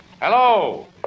Hello